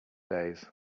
days